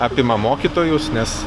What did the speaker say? apima mokytojus nes